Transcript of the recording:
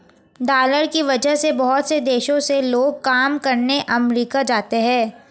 dollar की वजह से बहुत से देशों से लोग काम करने अमरीका जाते हैं